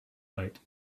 night